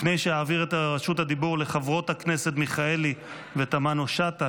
לפני שאעביר את רשות הדיבור לחברות הכנסת מיכאלי ותמנו שטה,